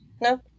no